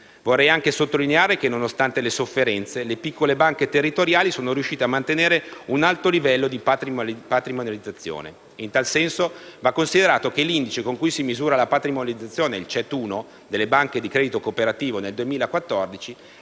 Vorrei anche sottolineare che, nonostante le sofferenze, le piccole banche territoriali sono riuscite a mantenere un alto livello di patrimonializzazione. In tal senso, va considerato che l'indice con cui si misura la patrimonializzazione (CET1) delle banche di credito cooperativo nel 2014